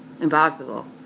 Impossible